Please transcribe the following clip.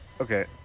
Okay